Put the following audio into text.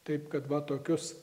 taip kad va tokius